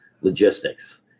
logistics